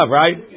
right